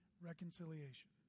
reconciliation